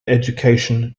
education